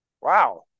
Wow